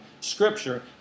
scripture